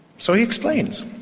so he explains,